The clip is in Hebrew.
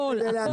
הכול הכול.